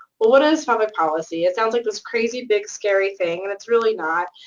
what is public policy? it sounds like this crazy, big, scary thing, and it's really not.